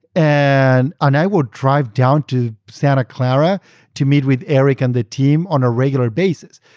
and and i would drive down to santa clara to meet with eric and the team on a regular basis,